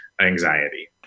anxiety